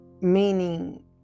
meaning